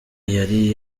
yari